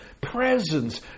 presence